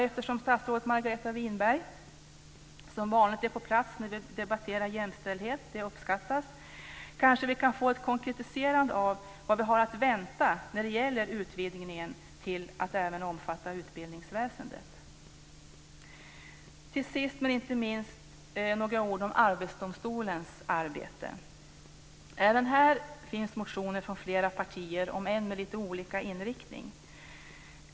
Eftersom statsrådet Margareta Winberg som vanligt är på plats när vi debatterar jämställdhet - det uppskattas - kanske vi kan få ett konkretiserande av vad vi har att vänta när det gäller en utvidgning som även omfattar utbildningsväsendet. Till sist några ord om Arbetsdomstolens arbete. Även här finns motioner från flera partier om än med lite olika inriktning.